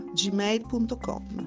gmail.com